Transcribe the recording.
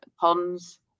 ponds